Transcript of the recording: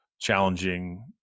challenging